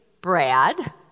Brad